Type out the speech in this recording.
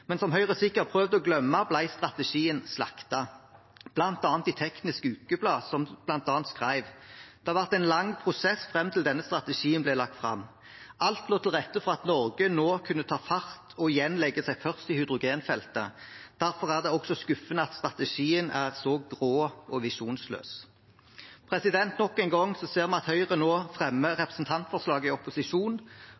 men som Høyre sikkert har prøvd å glemme, ble strategien slaktet, bl.a. i Teknisk Ukeblad som skrev: «Det har vært en lang prosess fram til at denne strategien ble lagt fram». «Alt lå til rette for at Norge nå kunne ta fart, og igjen legge seg først i hydrogenfeltet. Derfor er det også skuffende at strategien er så grå og visjonsløs.» Nok en gang ser vi at Høyre nå fremmer